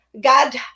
God